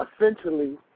essentially